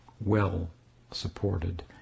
well-supported